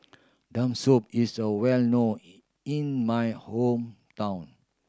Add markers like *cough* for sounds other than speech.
*unintelligible* sum is a well known in in my hometown